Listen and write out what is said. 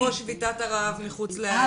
-- אפרופו שביתת הרעב מחוץ למשכן הכנסת.